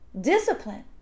discipline